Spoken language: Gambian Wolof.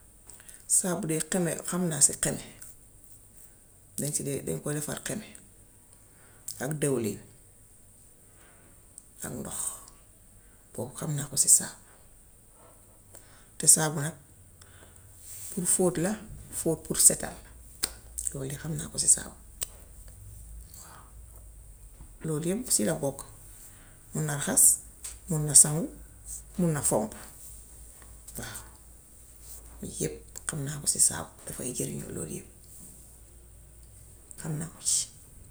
Saabu de xeme la, xam naa si xeme, dañ si dee dañ koo defer xeme ak dëwlin ak ndox. Boobu xam naa ko si saabu. Te saabu nag, pour fóot la, fóot pour setal la. Yooyu de xam naa ko si saabu waaw. Loolu yépp si la bokk. Mun na raxas, mun na sangu, mun na fomp waaw. Yii yépp xam naa ko si saabu. Daay jariñ loolu yépp, xam naa ko si.